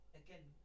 again